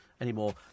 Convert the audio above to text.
anymore